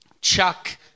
Chuck